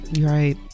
Right